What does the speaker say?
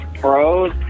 bros